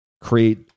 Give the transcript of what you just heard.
create